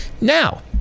now